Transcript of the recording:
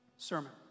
sermon